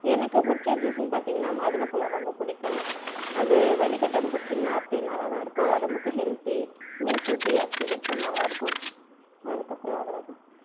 எனக்கு பிடிச்ச ஜூஸ்னு பார்த்திங்கன்னா மாதுளம்பழம் ரொம்ப பிடிக்கும் அது வடிக்கட்டாமல் குடிச்சிங்கன்னால் அப்படியும் நல்லாதான் இருக்கும் உடம்புக்கு ஹெல்த்தி மில்க் ஊற்றி அடித்து குடித்தா நல்லாயிருக்கும் அதுக்கு அப்புறம் அவ்வளோ தான்